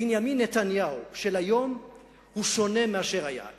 בנימין נתניהו של היום שונה מאשר היה,